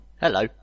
Hello